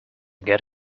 get